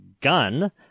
gun